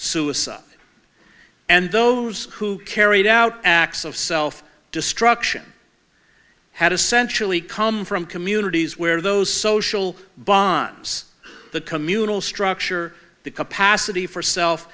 suicide and those who carried out acts of self destruction had essentially come from communities where those social bonds the communal structure the capacity for self